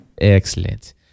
Excellent